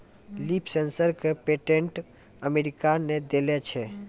Leaf sensor क patent America ने देलें छै?